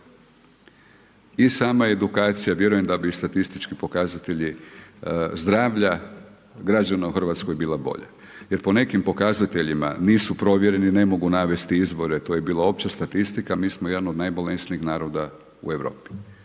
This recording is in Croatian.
i sama edukacija, vjerujem da bi statistički pokazatelji zdravlja građana u Hrvatskoj bila bolja jer po nekim pokazateljima nisu provjereni, ne mogu navesti izvore, to je bila opća statistika, mi smo jedna od najbolesnijih naroda u Europi.